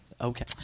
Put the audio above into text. okay